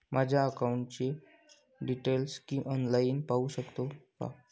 माझ्या अकाउंटचे डिटेल्स मी ऑनलाईन पाहू शकतो का?